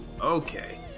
Okay